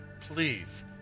Please